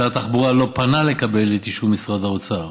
שר התחבורה לא פנה לקבל את אישור משרד האוצר.